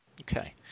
Okay